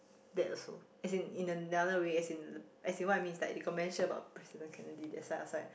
that also as in in another way as in as in what I mean is like they got mention about President-Kennedy that's why I was like